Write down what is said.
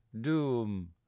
doom